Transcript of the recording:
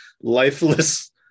lifeless